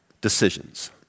decisions